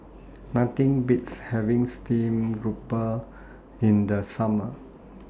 Nothing Beats having Steamed Grouper in The Summer